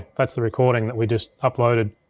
that's the recording that we just uploaded.